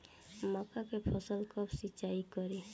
मका के फ़सल कब सिंचाई करी?